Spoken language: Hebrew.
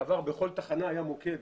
בעבר, בכל תחנה היה מוקד.